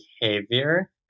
behavior